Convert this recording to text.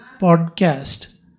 podcast